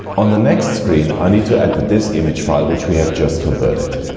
on the next screen i need to add the disk image file which we have just converted.